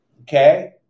Okay